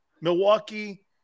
Milwaukee